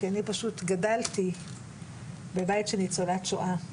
כי אני פשוט גדלתי בבית של ניצולת שואה.